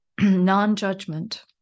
non-judgment